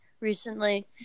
recently